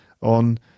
on